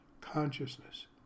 consciousness